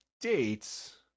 dates